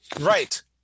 Right